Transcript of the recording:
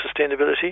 sustainability